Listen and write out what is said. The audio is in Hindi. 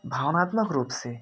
भावनात्मक रूप से